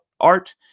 art